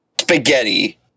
spaghetti